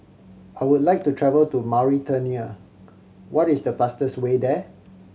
I would like to travel to Mauritania what is the fastest way there